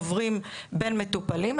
עוברים בין מטופלים.